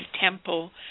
temple